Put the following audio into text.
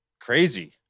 crazy